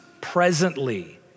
presently